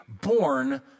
born